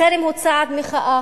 חרם הוא צעד מחאה,